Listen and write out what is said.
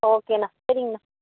ஓகேண்ணா சரிங்கண்ணா